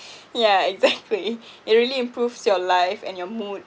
yeah exactly it really improves your life and your mood